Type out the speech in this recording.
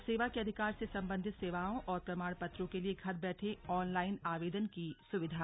और सेवा के अधिकार से संबंधित सेवाओं और प्रमाणपत्रों के लिए घर बैठे ऑनलाइन आवेदन की सुविधा